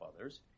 others